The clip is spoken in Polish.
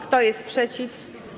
Kto jest przeciw?